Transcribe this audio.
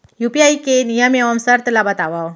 UPI के नियम एवं शर्त ला बतावव